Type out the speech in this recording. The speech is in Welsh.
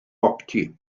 boptu